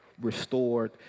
restored